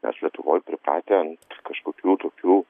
mes lietuvoj pripratę ant kažkokių tokių